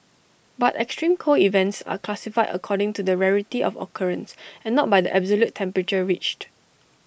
but extreme cold events are classified according to the rarity of occurrence and not by the absolute temperature reached